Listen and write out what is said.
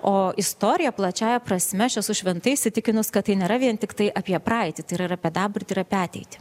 o istorija plačiąja prasme aš esu šventai įsitikinus kad tai nėra vien tiktai apie praeitį tai yra ir apie dabartį ir apie ateitį